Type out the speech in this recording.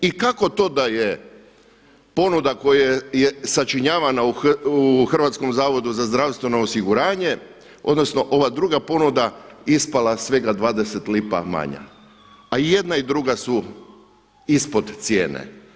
I kako to da je ponuda koja je sačinjavana u Hrvatskom zavodu za zdravstveno osiguranje odnosno ova druga ponuda ispala svega 20 lipa manja a i jedna i druga su ispod cijene.